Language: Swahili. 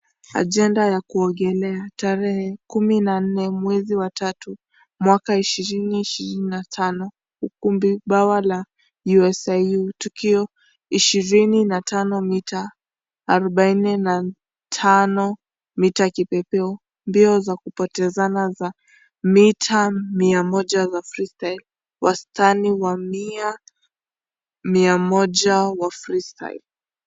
Agenda ya kuongelea tarehe kumi na nne, mwezi wa tatu, mwaka ishirini, ishirini na tano. Ukumbi bawa wa USIU. Tukio ishirini na tano mita arubaini, na tano mita kibebeo, mbio za kupokezana za mita mia moja wa free style mita wastani wa mita mia moja wa free style